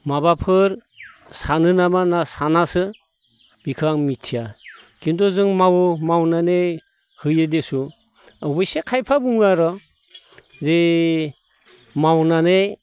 माबाफोर सानो नामा ना सानासो बेखो आं मिथिया खिन्थु जों मावो मावनानै होयो देसु अबस्से खायफा बुङो आर' जे मावनानै